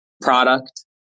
product